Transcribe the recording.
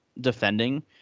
defending